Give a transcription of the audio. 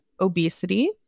obesity